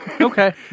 Okay